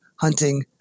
hunting